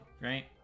right